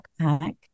backpack